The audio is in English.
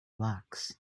backs